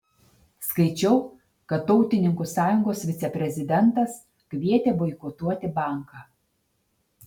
skaičiau kad tautininkų sąjungos viceprezidentas kvietė boikotuoti banką